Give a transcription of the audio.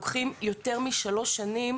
לוקחים יותר משלוש שנים